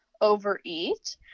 overeat